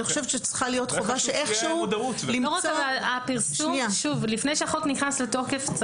אני חושבת שצריכה להיות חובה --- לפני שהחוק נכנס לתוקף,